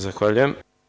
Zahvaljujem.